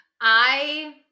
I-